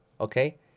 Okay